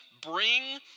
bring